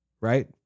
right